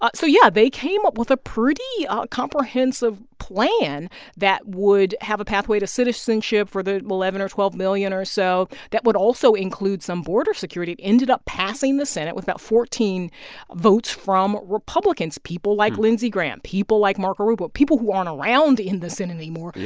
so yeah, they came up with a pretty comprehensive plan that would have a pathway to citizenship for the eleven or twelve million or so that would also include some border security ended up passing the senate with about fourteen votes from republicans, people like lindsey graham, people like marco rubio, people who weren't around in the senate anymore. yeah.